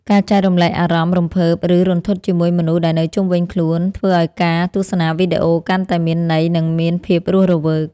ការចែករំលែកអារម្មណ៍រំភើបឬរន្ធត់ជាមួយមនុស្សដែលនៅជុំវិញខ្លួនធ្វើឱ្យការទស្សនាវីដេអូកាន់តែមានន័យនិងមានភាពរស់រវើក។